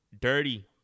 dirty